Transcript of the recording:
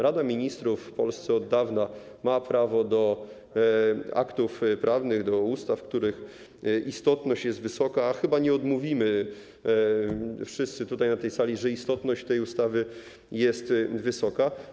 Rada Ministrów w Polsce od dawna ma prawo do przyjmowania aktów prawnych, do ustaw, których istotność jest wysoka, a chyba nie odmówimy wszyscy na tej sali, że istotność tej ustawy jest wysoka.